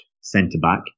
centre-back